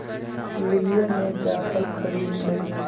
लिलीया ने जायफल खरीद लय